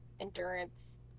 endurance